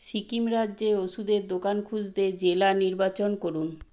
সিকিম রাজ্যে ওষুধের দোকান খুঁজতে জেলা নির্বাচন করুন